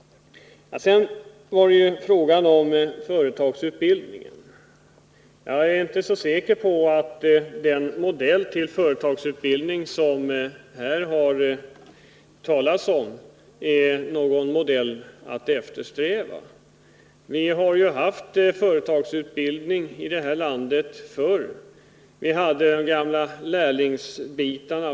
Sedan var det fråga om företagsutbildningen. Jag är inte så säker på att den modell till företagsutbildning som det här har talats om är någon modell att eftersträva. Vi har ju haft företagsutbildning förr i vårt land. Vi hade de gamla lärlingsutbildningarna.